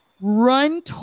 run